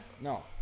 No